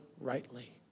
rightly